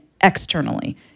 externally